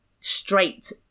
straight